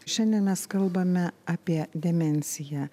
šiandien mes kalbame apie demenciją